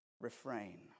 refrain